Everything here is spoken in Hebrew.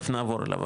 תיכף נעבור עליו,